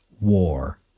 war